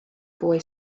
boy